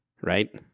right